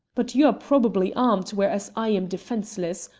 but you are probably armed, whereas i am defenceless?